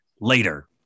later